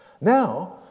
Now